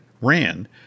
ran